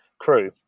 crew